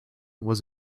was